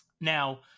Now